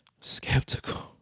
skeptical